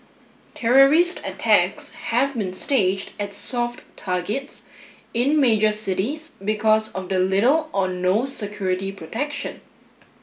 terrorist attacks have been staged at soft targets in major cities because of the little or no security protection